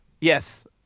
yes